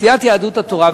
סיעת יהדות התורה,